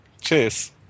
Cheers